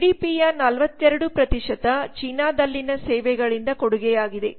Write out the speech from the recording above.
ಜಿಡಿಪಿಯ 42 ಚೀನಾದಲ್ಲಿನ ಸೇವೆಗಳಿಂದ ಕೊಡುಗೆಯಾಗಿದೆ